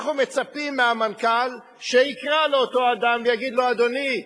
אנחנו מצפים מהמנכ"ל שיקרא לאותו אדם ויגיד לו: אדוני,